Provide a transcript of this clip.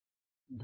धन्यवाद